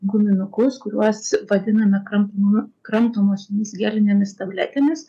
guminukus kuriuos vadiname kramtymo kramtomosiomis gelinėmis tabletėmis